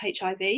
HIV